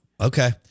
Okay